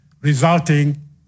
resulting